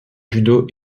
judo